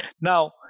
Now